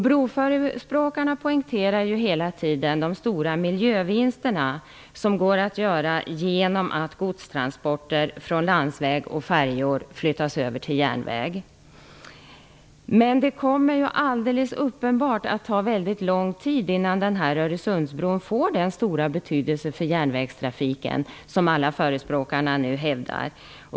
Broförespråkarna poängterar hela tiden de stora miljövinster som går att göra genom att godstransporter från landsväg och färjor flyttas över till järnväg. Det kommer helt uppenbart att ta väldigt lång tid innan Öresundsbron får den stora betydelse för järnvägstrafiken som alla förespråkarna nu hävdar.